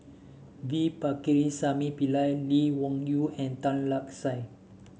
V Pakirisamy Pillai Lee Wung Yew and Tan Lark Sye